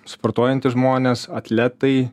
sportuojantys žmonės atletai